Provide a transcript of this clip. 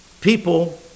People